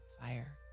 fire